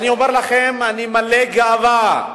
אני אומר לכם, אני מלא גאווה,